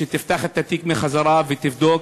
שתפתח את התיק שוב ותבדוק,